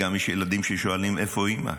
ויש גם ילדים ששואלים איפה אימא,